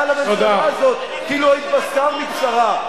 על הממשלה הזאת כאילו היית בשר מבשרה.